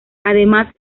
además